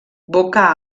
boca